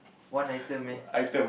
one item meh